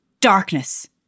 Darkness